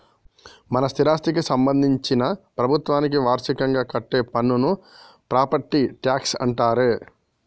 మన స్థిరాస్థికి సంబందించిన ప్రభుత్వానికి వార్షికంగా కట్టే పన్నును ప్రాపట్టి ట్యాక్స్ అంటారే